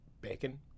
Bacon